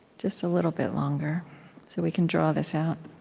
just a little bit longer so we can draw this out